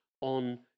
on